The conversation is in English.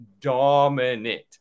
dominant